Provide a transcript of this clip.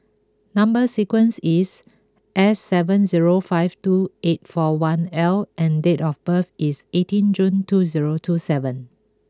number sequence is S seven zero five two eight four one L and date of birth is eighteen June two zero two seven